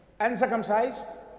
uncircumcised